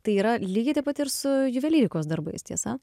tai yra lygiai taip pat ir su juvelyrikos darbais tiesa